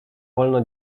wolno